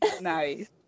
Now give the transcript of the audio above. nice